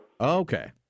Okay